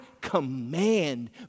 command